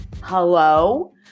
hello